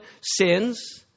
sins